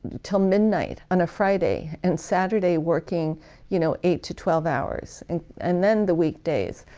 until midnight on a friday and saturday working you know eight to twelve hours and and then the weekdays.